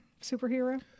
superhero